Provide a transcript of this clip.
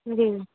जी